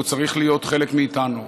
והוא צריך להיות חלק מאיתנו.